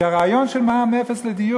כי הרעיון של מע"מ אפס לדיור,